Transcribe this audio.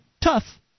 tough